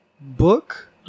book